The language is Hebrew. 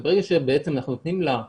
ברגע שבעצם אנחנו נותנים לחוקר האפידמיולוגי